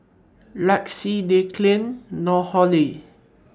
Lexie Declan Nohely